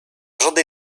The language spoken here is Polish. żadnej